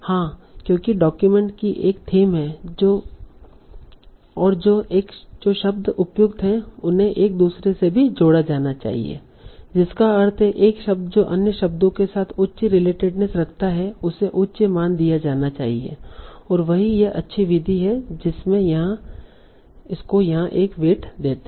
हाँ क्योंकि डॉक्यूमेंट की एक थीम है और जो शब्द उपयुक्त हैं उन्हें एक दूसरे से भी जोड़ा जाना चाहिए जिसका अर्थ है एक शब्द जो अन्य शब्दों के साथ उच्च रिलेटेडनेस रखता है उसे उच्च मान दिया जाना चाहिए और यह अच्छी विधि है जिसमे इसको यहाँ एक वेट देते है